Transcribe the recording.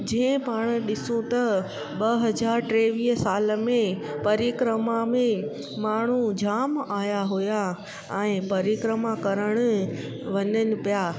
जंहिं पाण ॾिसूं त ॿ हज़ार टेवीह साल में परिक्रमा में माण्हू जाम आया हुआ ऐं परिक्रमा करण वञनि पिया